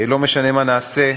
לא משנה מה נעשה,